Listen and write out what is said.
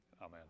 amen